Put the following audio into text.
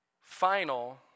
final